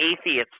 atheists